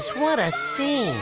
wanna see